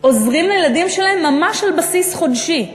שני-שלישים עוזרים לילדים שלהם ממש על בסיס חודשי,